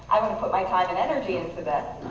i want to put my time and energy into this.